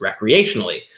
recreationally